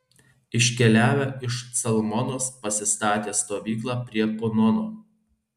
iškeliavę iš calmonos pasistatė stovyklą prie punono